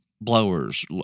blowers